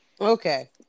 Okay